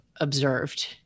observed